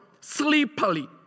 sleepily